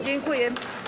Dziękuję.